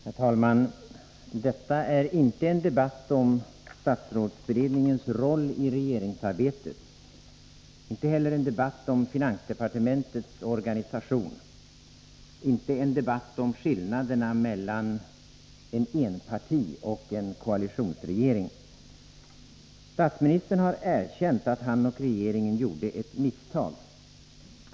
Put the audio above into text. Herr talman! Detta är inte en debatt om statsrådsberedningens roll i regeringsarbetet; inte heller en debatt om finansdepartementets organisation; inte en debatt om skillnaderna mellan en enpartioch en koalitionsregering. Statsministern har erkänt att han och regeringen gjorde ett misstag.